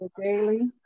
daily